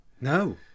No